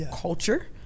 culture